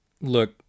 look